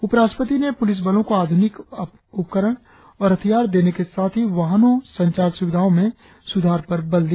उपराष्ट्रपति ने पुलिस बलों को आधुनिक उपकरण और हथियार देने के साथ ही वाहनों और संचार सुविधाओं में सुधार पर बल दिया